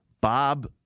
Bob